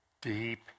deep